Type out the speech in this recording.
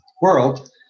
world